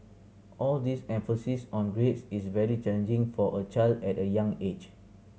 all this emphasis on grades is very challenging for a child at a young age